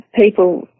people